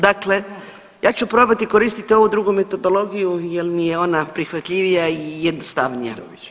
Dakle, ja ću probati koristiti ovu drugu metodologiju jer mi je ona prihvatljivija i jednostavnija.